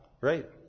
right